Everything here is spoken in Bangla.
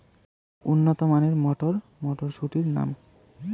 উন্নত মানের মটর মটরশুটির নাম?